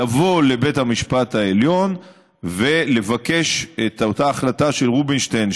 לבוא לבית המשפט העליון ולבקש את אותה החלטה של רובינשטיין,